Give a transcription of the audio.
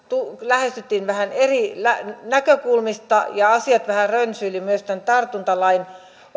lähestyttiin myös vähän eri näkökulmista ja asiat vähän rönsyilivät myös tämän tartuntatautilain